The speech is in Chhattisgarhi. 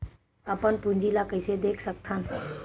अपन पूंजी ला कइसे देख सकत हन?